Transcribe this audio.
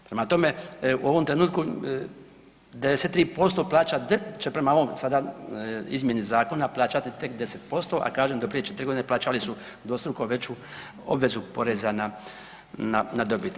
Prema tome, u ovom trenutku, 93% plaća će prema ovome sada izmjeni zakona plaćati tek 10%, a kažem, do prije 4 godine plaćali su dvostruko veću obvezu poreza na dobit.